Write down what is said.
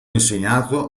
insegnato